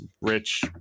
rich